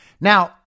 Now